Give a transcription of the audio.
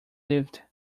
lived